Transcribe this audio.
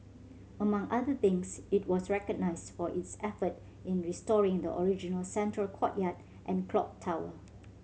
among other things it was recognised for its effort in restoring the original central courtyard and clock tower